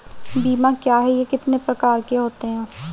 बीमा क्या है यह कितने प्रकार के होते हैं?